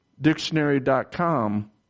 Dictionary.com